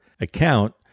account